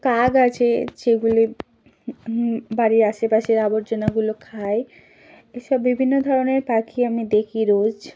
কাক আছে যেগুলি বাড়ির আশেপাশের আবর্জনগুলো খায় এসব বিভিন্ন ধরনের পাখি আমি দেখি রোজ